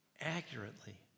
accurately